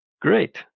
Great